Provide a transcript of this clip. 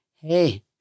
Hey